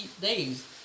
days